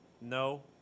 No